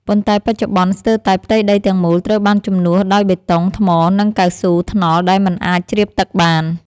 ប៉ុន្តែបច្ចុប្បន្ន ស្ទើរតែផ្ទៃដីទាំងមូលត្រូវបានជំនួសដោយបេតុង ថ្ម និងកៅស៊ូថ្នល់ដែលមិនអាចជ្រាបទឹកបាន។